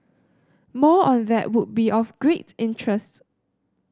more on that would be of great interest